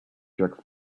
jerk